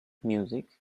music